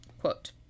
Quote